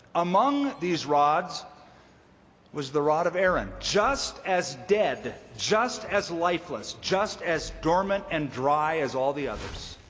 among these rods was the rod of aaron. just as dead, just as lifeless, just as dormant and dry as all the others.